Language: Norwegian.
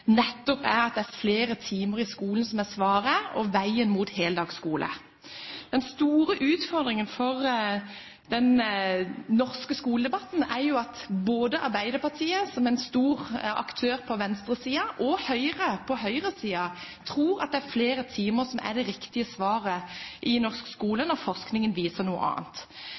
nettopp er at det er flere timer i skolen som er svaret, og veien mot heldagsskole. Den store utfordringen for den norske skoledebatten er jo at både Arbeiderpartiet, som en stor aktør på venstresiden, og Høyre på høyresiden tror at det er flere timer som er det riktige svaret i norsk skole, når forskningen viser noe annet.